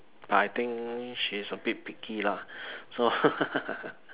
but I think she's a bit picky lah so